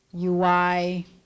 UI